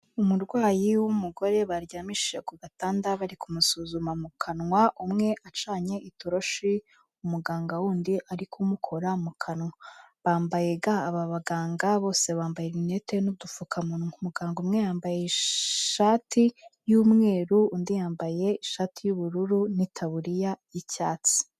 Umurwayi w'umugore baryamishije ku gatanda bari kumusuzuma mu kanwa, umwe acanye itoroshi umuganga wundi ari kumukora mu kanwa. Bambaye ga, aba baganga bose bambaye rinete n'udupfukamunwa. Muganga umwe yambaye ishati y'umweru, undi yambaye ishati y'ubururu n'itaburiya y'icyatsi.